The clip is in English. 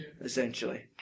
Essentially